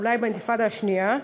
אולי באינתיפאדה השנייה,